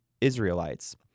Israelites